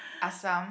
assam